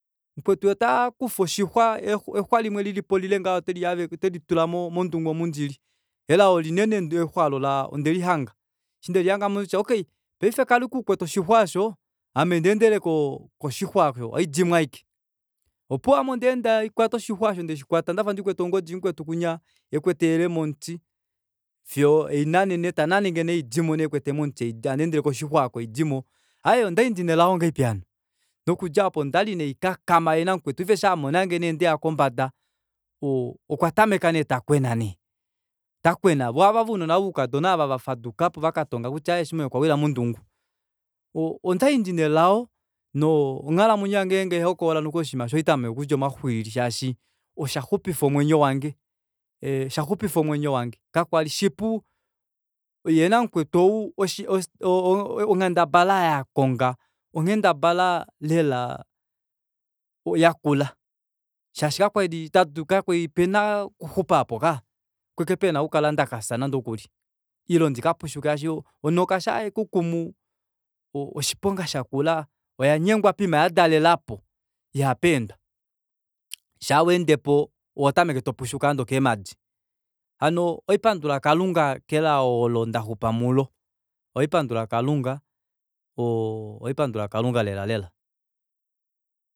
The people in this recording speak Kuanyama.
Mukwetu otakufa oshixwa exwa limwe lilipo lile ngaha yee otelitula mondungu omu ndili ilao linene exwa aalo ondelihanga ame ohaiti okey paife kala ashike ukwete oshixwa aasho ame ndeendele koshixwa aasho ohandidimo ashike opuwo ame onda enda ndikwete ongodi mukwetu kunya ekwetelele momuti fiyo tananenge nee haidimo handendele koshixwa asho haidimo aaye ondali ndina elao ngahelipi hano nokudjaapo ondali nee haikakama namukwetu eshi amonange ndeya kombada okwatameka nee takwena voo ava vounona voukadona vafadukapo vaka popya kutya aaye simon okwawila mondungu o o okwali ndina elao nonghalamwenyo yange ngenge haihokolola oshinima aasho ohandi tameke okudja omaxwilili shaashi oshaxupifa omwenyo wange ee oshaxupifa omwenyo wange kakwali shipu yee namukwetu ou onghendabala oyo akonga onghendabala lela yakula shaashi kapali pena okuxupa opali ashike pena okukala ndakafya nande okuli ile ndika like shaashi onoka shaa yekukumu oshiponga shakula oyanyengwa poima yadalelapo iha peendwa shaa weendepo ohotameke topushuka nande okeemadi hano ohaipandula kelao olo ndaxupa mulo ohaipandula kalunga ohaipandula kalunga lela lela